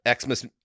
Xmas